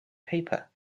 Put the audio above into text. paper